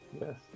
yes